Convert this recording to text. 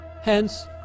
Hence